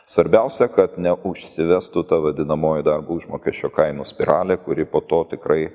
svarbiausia kad neužsivestų ta vadinamoji darbo užmokesčio kainų spiralė kuri po to tikrai